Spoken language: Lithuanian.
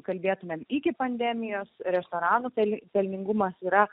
kalbėtumėme iki pandemijos restoranų per pelningumas yra